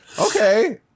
okay